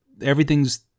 everything's